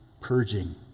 purging